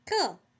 cool